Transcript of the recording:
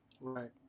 right